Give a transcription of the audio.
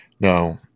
no